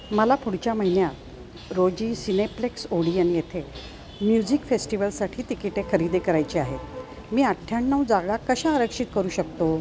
मला पुढच्या महिन्यात रोजी सिनेप्लेक्स ओडियन येथे म्युझिक फेस्टिवलसाठी तिकिटे खरेदी करायचे आहेत मी अठ्ठ्याण्णव जागा कशा आरक्षित करू शकतो